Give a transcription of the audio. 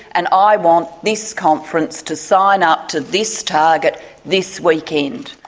and i want this conference to sign up to this target this weekend.